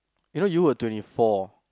you know you were twenty four